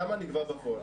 כמה נגבה בפועל.